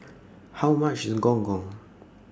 How much IS Gong Gong